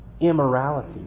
immorality